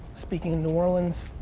speaking in new orleans